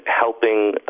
helping